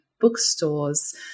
bookstores